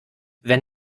wenn